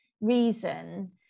reason